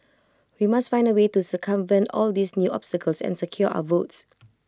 we must find A way to circumvent all these new obstacles and secure our votes